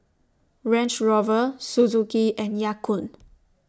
Range Rover Suzuki and Ya Kun